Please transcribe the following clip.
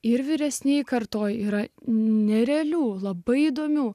ir vyresnėje kartoje yra nerealių labai įdomių